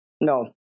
No